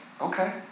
Okay